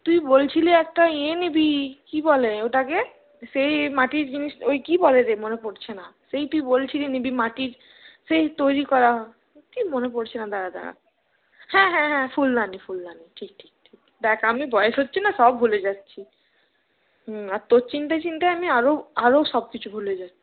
তুই বলছিলি একটা ইয়ে নিবি কি বলে ওটাকে সেই মাটির জিনিস ওই কি বলে রে মনে পরছে না সেই তুই বলছিলি নিবি মাটির সেই তৈরি করা কি মনে পরছে না দাড়া দাড়া হ্যাঁ হ্যাঁ হ্যাঁ ফুলদানি ফুলদানি ঠিক ঠিক ঠিক দেখ আমি বয়স হচ্ছে না সব ভুলে যাচ্ছি হ্যাঁ আর তোর চিন্তায় চিন্তায় আমি আরও আরও সব কিছু ভুলে যাচ্ছি